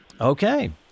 Okay